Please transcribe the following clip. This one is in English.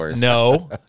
No